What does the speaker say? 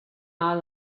our